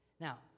Now